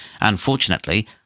Unfortunately